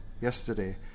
yesterday